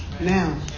now